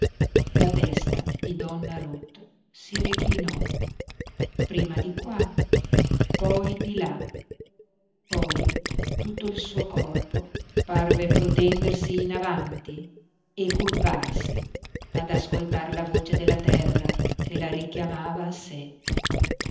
la testa di donna ruth si reclinò prima di qua poi di là poi tutto il suo corpo parve protendersi in avanti e curvarsi ad ascoltar la voce della terra che la richiamava a